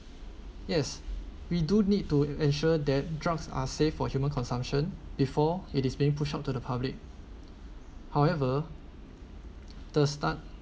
yes we do need to ensure that drugs are safe for human consumption before it is being pushed out to the public however the stat~